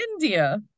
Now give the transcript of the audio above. India